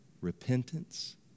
repentance